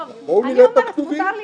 טוב, אני אומרת, מותר לי?